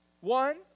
One